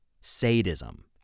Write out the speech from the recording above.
Sadism